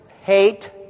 Hate